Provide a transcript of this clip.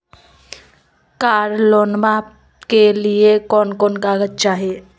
कार लोनमा के लिय कौन कौन कागज चाही?